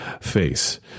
face